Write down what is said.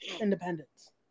independence